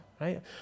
right